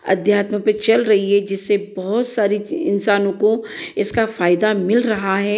अध्यात्म पर चल रही है जिससे बहुत सारे चीज इन्सानों को इसका फायदा मिल रहा है